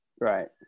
Right